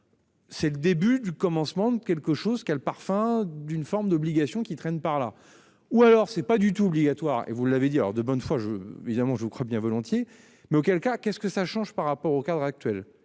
C'est le début du commencement de quelque chose qui a le parfum d'une forme d'obligation qui traîne par là ou alors c'est pas du tout obligatoire et vous l'avez dit alors de bonne foi je évidemment je crois bien volontiers, mais auquel cas qu'est-ce que ça change par rapport au cadre actuel.